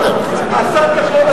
השר כחלון,